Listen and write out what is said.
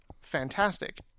fantastic